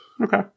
Okay